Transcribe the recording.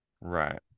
Right